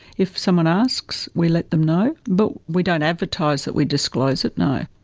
if someone asks, we let them know, but we don't advertise that we disclose it, no.